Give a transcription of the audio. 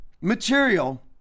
material